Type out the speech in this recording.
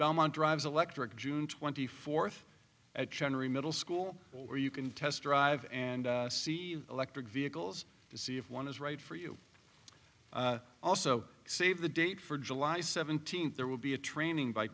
belmont drives electric june twenty fourth at generally middle school or you can test drive and see electric vehicles to see if one is right for you also save the date for july seventeenth there will be a training by